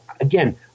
again